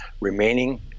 remaining